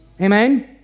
Amen